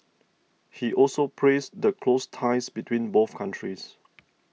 he also praised the close ties between both countries